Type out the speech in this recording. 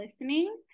listening